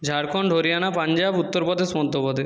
Jharkhand Haryana Punjab Uttar Pradesh Madhya Pradesh